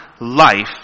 life